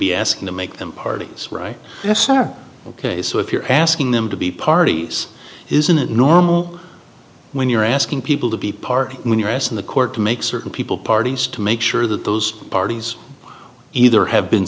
be asking to make them parties right ok so if you're asking them to be parties isn't it normal when you're asking people to be part when you're asking the court to make certain people parties to make sure that those parties either have been